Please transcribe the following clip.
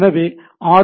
எனவே ஆர்